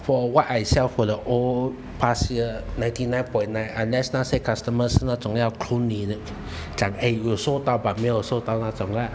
from what I sell from the old past year ninety nine point nine unless 那些 customer 是那种要坑你的讲诶有收到 but 没有收到的那种啦